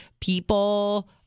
people